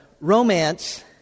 romance